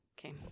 Okay